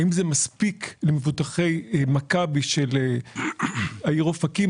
האם זה מספיק למבוטחי מכבי של העיר אופקים,